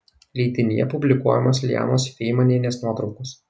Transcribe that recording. leidinyje publikuojamos lijanos feimanienės nuotraukos